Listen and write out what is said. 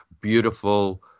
beautiful